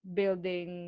building